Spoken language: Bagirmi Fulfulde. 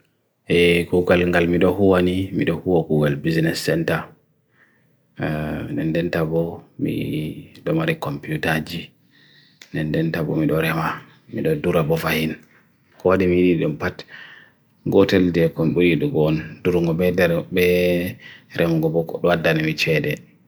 e kukalingal mido hu ani, mido hu o kukul business center, nenden tabo mido marik computer ji, nenden tabo mido rema, mido durabofahin. Kwa demi nidum pat, gotel de konburi dugon, durungo be re mongo boku, wadana mi chede.